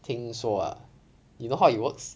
听说 ah you know how it works